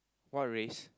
what race